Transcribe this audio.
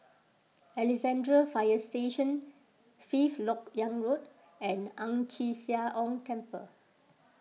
Alexandra Fire Station Fifth Lok Yang Road and Ang Chee Sia Ong Temple